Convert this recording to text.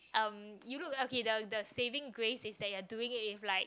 um you look okay the the saving grace is that you are doing it with like